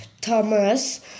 Thomas